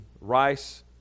rice